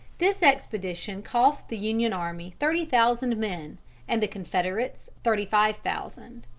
this expedition cost the union army thirty thousand men and the confederates thirty-five thousand.